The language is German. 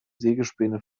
sägespäne